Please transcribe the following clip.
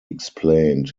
explained